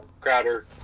Crowder